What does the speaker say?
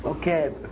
Okay